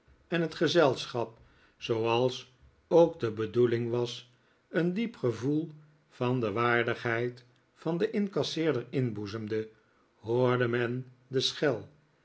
en het gezelschap zooals ook de bedoeling was een diep gevoel van de waardigheid van den incasseerder inboezemde hoorde men de schel